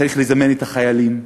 צריך לזמן את החיילים,